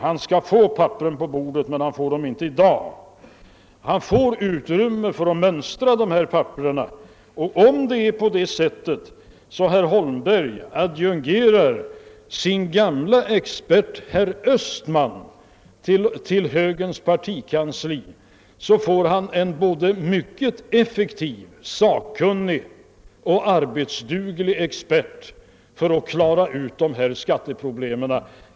Han skall få papperen på bordet, men inte i dag. Han får tillfälle att mönstra dessa papper, och om det är så att herr Holmberg adjungerar sin gamle expert herr Östman till högerns partikansli så får han en mycket effektiv, kunnig och arbetsdug lig expert för att reda ut dessa skatteproblem.